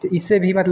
तो इससे भी